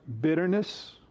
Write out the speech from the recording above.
bitterness